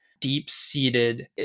deep-seated